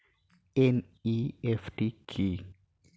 NEFT কি?